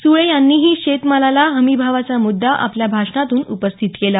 सुळे यांनीही शेतमालाला हमी भावाचा मुद्दा आपल्या भाषणातून उपस्थित केला